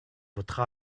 votre